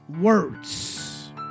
words